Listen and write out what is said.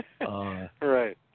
Right